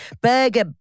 Burger